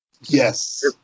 Yes